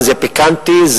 זה פיקנטי,